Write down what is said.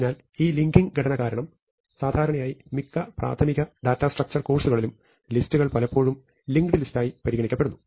അതിനാൽ ഈ ലിങ്കിംഗ് ഘടന കാരണം സാധാരണയായി മിക്ക പ്രാഥമിക ഡാറ്റാസ്ട്രക്ചർ കോഴ്സ്കളിലും ലിസ്റ്റുകൾ പലപ്പോഴും ലിങ്ക്ഡ് ലിസ്റ്റായി പരാമർശിക്കപ്പെടുന്നു